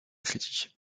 critique